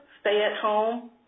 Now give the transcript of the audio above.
stay-at-home